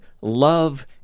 love